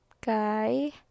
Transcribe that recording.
guy